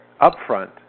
upfront